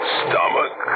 stomach